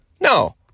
No